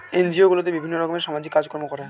NGO গুলোতে বিভিন্ন রকমের সামাজিক কাজকর্ম করা হয়